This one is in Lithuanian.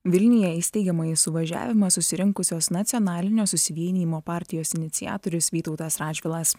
vilniuje į steigiamąjį suvažiavimą susirinkusios nacionalinio susivienijimo partijos iniciatorius vytautas radžvilas